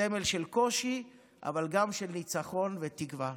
סמל של קושי אבל גם של ניצחון ותקווה.